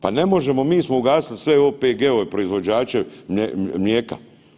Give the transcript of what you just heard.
Pa ne možemo, mi smo ugasili sve OPG-ove, proizvođače mlijeka.